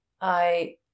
I